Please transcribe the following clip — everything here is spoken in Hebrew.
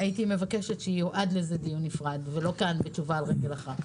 אני מבקשת שיוקדש לזה דיון נפרד ושלא יתנו כאן תשובה על רגל אחת.